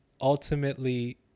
ultimately